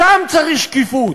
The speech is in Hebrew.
שם צריך שקיפות.